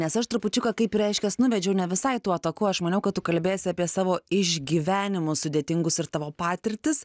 nes aš trupučiuką kaip reiškias nuvedžiau ne visai tuo taku aš maniau kad tu kalbėsi apie savo išgyvenimus sudėtingus ir tavo patirtis